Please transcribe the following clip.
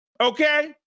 okay